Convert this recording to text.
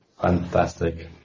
Fantastic